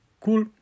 cool